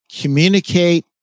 communicate